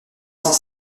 cent